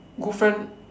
good friend